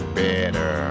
better